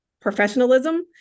professionalism